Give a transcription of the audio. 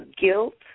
guilt